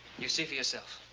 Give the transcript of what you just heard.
you see for yourself.